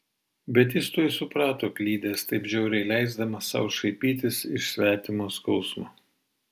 bet jis tuoj suprato klydęs taip žiauriai leisdamas sau šaipytis iš svetimo skausmo